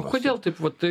o kodėl taip va tai